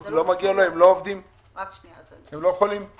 יכול להיות שאני אביא את זה ואז נדבר על